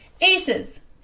ACEs